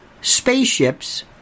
spaceships